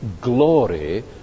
glory